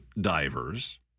divers